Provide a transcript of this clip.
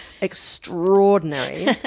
extraordinary